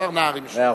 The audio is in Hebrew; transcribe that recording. השר נהרי משיב.